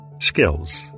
Skills